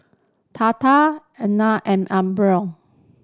Tata Anand and